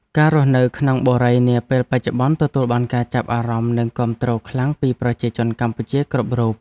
ការរស់នៅក្នុងបុរីនាពេលបច្ចុប្បន្នទទួលបានការចាប់អារម្មណ៍និងគាំទ្រខ្លាំងពីប្រជាជនកម្ពុជាគ្រប់រូប។